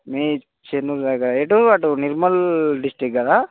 మీ చెన్నూరు దగ్గర ఎటు అటు నిర్మల్ డిస్ట్రిక్ట్ కదా